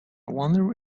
wonder